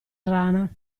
rana